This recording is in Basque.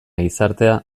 gizartea